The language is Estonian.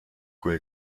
kui